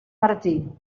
martí